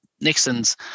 Nixon's